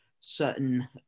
certain